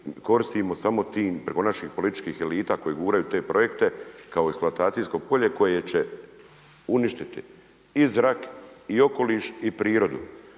koristimo tim preko naših političkih elita koji guraju te projekte kao eksploatacijsko polje koje će uništiti i zrak i okoliš i prirodu,